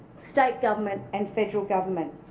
state government and federal government,